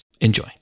Enjoy